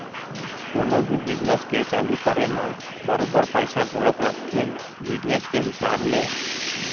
कोनो भी बिजनेस के चालू करे म बरोबर पइसा घलोक लगथे बिजनेस के हिसाब ले